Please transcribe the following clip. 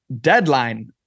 Deadline